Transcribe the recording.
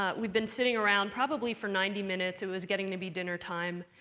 ah we'd been sitting around probably for ninety minutes. it was getting to be dinner time.